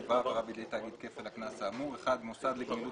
ואם נעברה העבירה בידי תאגיד כפל הקנס האמור: מוסד לגמילות